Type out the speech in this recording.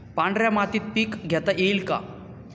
पांढऱ्या मातीत पीक घेता येईल का?